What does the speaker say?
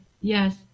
yes